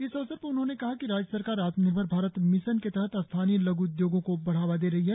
इस अवसर पर उन्होंने कहा कि राज्य सरकार आत्मनिर्भर भारत मिशन के तहत स्थानीय लघ् उद्योगों को बढ़ावा दे रही है